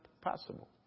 possible